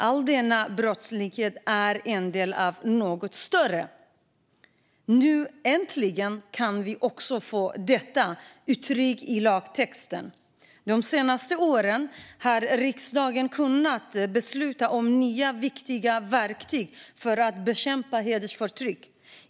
All denna brottslighet är en del av något större. Nu, äntligen, kan vi också få detta uttryckt i lagtext. De senaste åren har riksdagen kunnat besluta om nya viktiga verktyg för att bekämpa hedersförtryck.